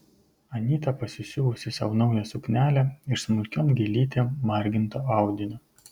anyta pasisiuvusi sau naują suknelę iš smulkiom gėlytėm marginto audinio